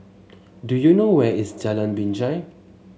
do you know where is Jalan Binjai